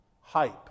hype